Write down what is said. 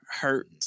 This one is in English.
hurt